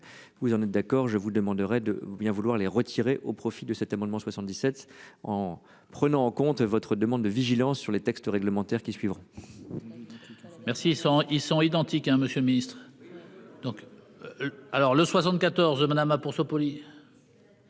Vous en êtes d'accord, je vous demanderai de bien vouloir les retirer au profit de cet amendement 77 en prenant en compte votre demande de vigilance sur les textes réglementaires qui suivront. On a eu du tout. Merci. Sont ils sont identiques. Hein. Monsieur le Ministre. Donc. Alors le 74, madame pour